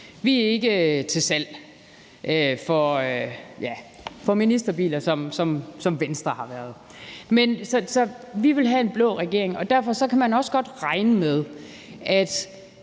vi er ikke til salg for ministerbiler, som Venstre har været – så kan man også godt regne med, at